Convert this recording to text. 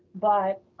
but,